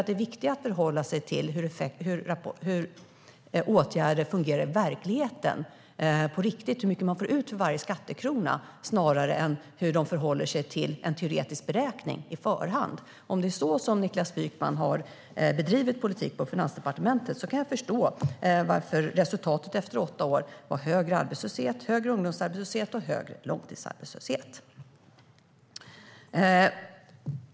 Det är viktigare att förhålla sig till hur åtgärder fungerar i verkligheten och hur mycket man får ut för varje skattekrona än hur de förhåller sig till en teoretisk förhandsberäkning. Om det var så Niklas Wykman bedrev politik på Finansdepartementet förstår jag varför resultatet efter åtta år var högre arbetslöshet, högre ungdomsarbetslöshet och högre långtidsarbetslöshet.